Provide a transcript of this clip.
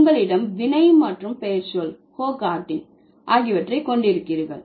உங்களிடம் வினை மற்றும் பெயர்ச்சொல் கோ கார்டிங் ஆகியவற்றைக் கொண்டிருக்கிறீர்கள்